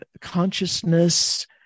consciousness